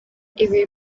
ibi